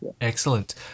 excellent